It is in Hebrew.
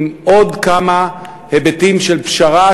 עם עוד כמה היבטים של פשרה,